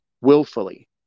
willfully